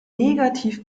negativ